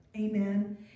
amen